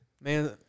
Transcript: Man